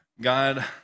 God